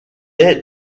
est